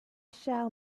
shall